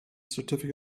certificate